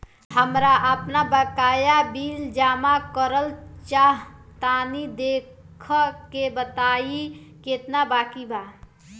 हमरा आपन बाकया बिल जमा करल चाह तनि देखऽ के बा ताई केतना बाकि बा?